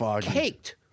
caked